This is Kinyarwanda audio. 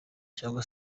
cyangwa